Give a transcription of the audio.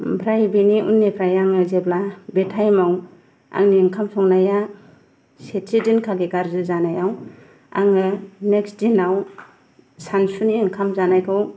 ओमफ्राय बिनि उननिफ्राय आङो जेब्ला बे टाइमाव आंनि ओंखाम संनाया सेथि दिनखालि गाज्रि जानायाव आङो नेक्स्त दिनाव सानसुनि ओंखाम जानायखौ